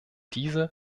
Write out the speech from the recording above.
diese